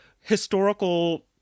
historical